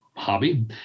hobby